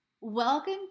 Welcome